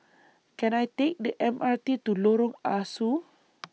Can I Take The M R T to Lorong Ah Soo